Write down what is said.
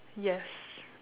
yes